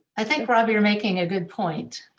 i think rob, you're making a good point.